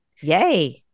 Yay